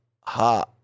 ha